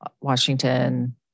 Washington